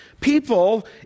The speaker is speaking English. people